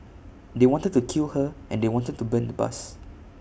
they wanted to kill her and they wanted to burn the bus